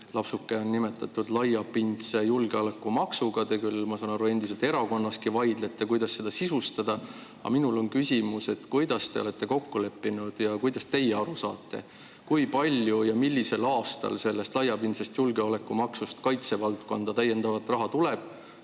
lapsuke on nimetatud laiapindse julgeoleku maksuks. Te küll, ma saan aru, endiselt erakonnaski vaidlete, kuidas seda sisustada. Aga minul on küsimus: kuidas te olete kokku leppinud ja kuidas teie aru saate, kui palju ja millisel aastal sellest laiapindse julgeoleku maksust kaitsevaldkonda täiendavat raha tuleb,